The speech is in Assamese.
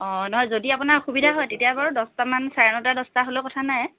অঁ নহয় যদি আপোনাৰ অসুবিধা হয় তেতিয়া বাৰু দহটা মান চাৰে নটা দহটা হ'লেও কথা নাই